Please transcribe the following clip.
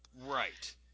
Right